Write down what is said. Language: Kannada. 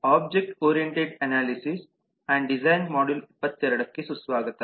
object oriented analysis and design module 22 ಗೆ ಸುಸ್ವಾಗತ